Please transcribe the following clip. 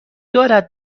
دارد